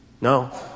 No